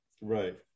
Right